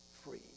free